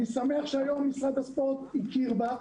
אני שמח שהיום משרד הספורט הכיר בה.